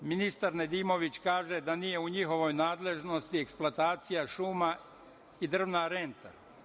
Ministar Nedimović kaže da nije u njihovoj nadležnosti eksploatacija šuma i drvna renta.